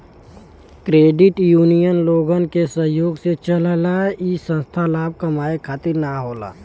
credit union लोगन के सहयोग से चलला इ संस्था लाभ कमाये खातिर न होला